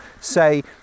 say